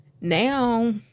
now